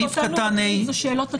אותנו מעניינת שאלת התוקף.